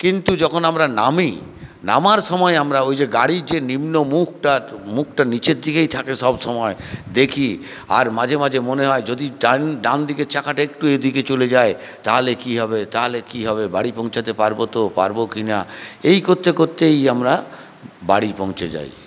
কিন্তু যখন আমরা নামি নামার সময় আমরা ওই যে গাড়ির যে নিম্নমুখটা মুখটা নিচের দিকেই থাকে সবসময়ে দেখি আর মাঝে মাঝে মনে হয় যদি ডান ডানদিকের চাকাটা একটু এদিকে চলে যায় তাহালে কী হবে তাহলে কী হবে বাড়ি পৌঁছাতে পারবো তো পারবো কি না এই করতে করতেই আমরা বাড়ি পৌঁছে যাই